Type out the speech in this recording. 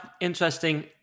interesting